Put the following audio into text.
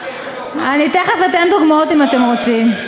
אני תכף אתן דוגמאות אם אתם רוצים.